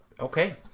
Okay